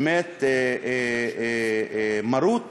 מרות